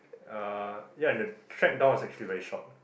ah ya and the trek down was actually very short